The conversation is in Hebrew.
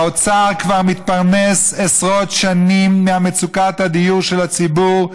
האוצר מתפרנס כבר עשרות שנים ממצוקת הדיור של הציבור,